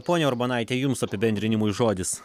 ponia urbonaite jums apibendrinimui žodis